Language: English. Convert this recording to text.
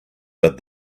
but